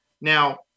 Now